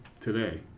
today